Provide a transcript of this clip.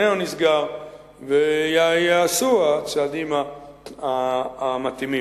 איננו נסגר וייעשו הצעדים המתאימים.